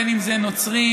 בין שזה נוצרים,